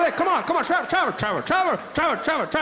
like, um ah trevor! trevor! trevor! trevor! trevor!